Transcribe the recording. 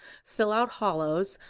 fill out hollows,